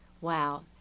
Wow